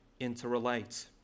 interrelate